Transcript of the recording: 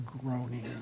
groaning